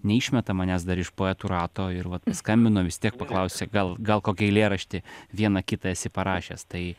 neišmeta manęs dar iš poetų rato ir vat paskambino vis tiek paklausė gal gal kokį eilėraštį vieną kitą esi parašęs tai